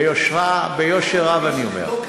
ביושר רב אני אומר.